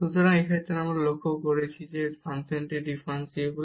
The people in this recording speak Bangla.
সুতরাং এই ক্ষেত্রে আমরা লক্ষ্য করেছি যে এই ফাংশনটি ডিফারেনসিবল